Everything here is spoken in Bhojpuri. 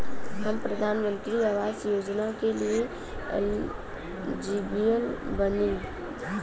हम प्रधानमंत्री आवास योजना के लिए एलिजिबल बनी?